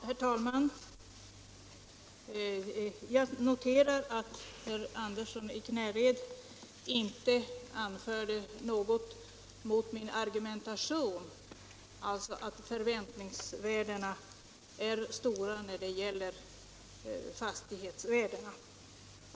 Herr talman! Jag noterar att herr Andersson i Knäred inte anförde något mot min argumentation att förväntningsvärdena på skogsfastigheter är höga.